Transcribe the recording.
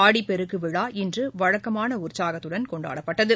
ஆடிப்பெருக்குவிழா இன்றுவழக்கமானஉற்சாகத்துடன் கொண்டாடப்பட்டது